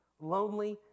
lonely